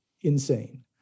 insane